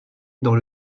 dans